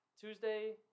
Tuesday